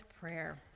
prayer